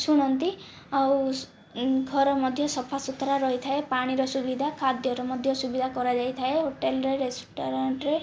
ଶୁଣନ୍ତି ଆଉ ଘର ମଧ୍ୟ ସଫା ସୁତରା ରହିଥାଏ ପାଣିର ସୁବିଧା ଖାଦ୍ୟର ମଧ୍ୟ ସୁବିଧା କରା ଯାଇଥାଏ ହୋଟେଲରେ ରେଷ୍ଟୁରାଣ୍ଟରେ